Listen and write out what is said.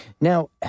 Now